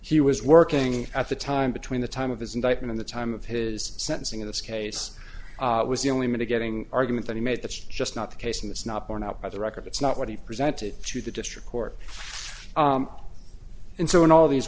that he was working at the time between the time of his indictment in the time of his sentencing in this case was the only mitigating argument that he made that's just not the case and that's not borne out by the record that's not what he presented to the district court and so in all these